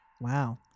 Wow